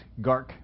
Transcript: gark